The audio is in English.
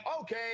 Okay